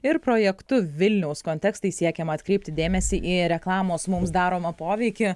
ir projektu vilniaus kontekstai siekiama atkreipti dėmesį į reklamos mums daromą poveikį